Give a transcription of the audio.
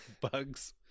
bugs